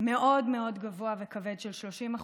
מאוד מאוד גבוה וכבד, של 30%,